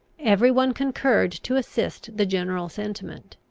every one concurred to assist the general sentiment.